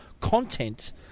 content